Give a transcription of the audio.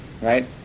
right